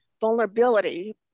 vulnerability